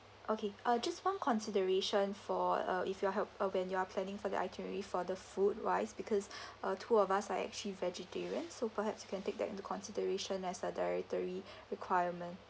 okay uh just one consideration for uh if you are help uh when you're planning for the itinerary for the food wise because uh two of us are actually vegetarian so perhaps you can take that into consideration as a dietary requirement